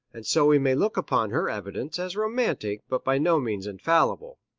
and so we may look upon her evidence as romantic but by no means infallible.